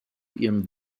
ihrem